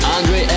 Andre